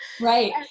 Right